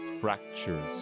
fractures